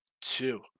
two